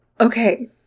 Okay